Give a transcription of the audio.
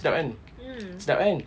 sedap kan sedap kan